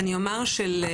אני אומר שמגיל